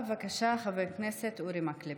בבקשה, חבר הכנסת אורי מקלב.